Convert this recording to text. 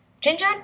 Ginger